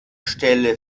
stelle